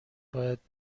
باید